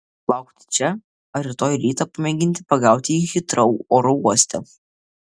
laukti čia ar rytoj rytą pamėginti pagauti jį hitrou oro uoste